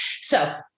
So-